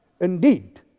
indeed